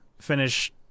Finish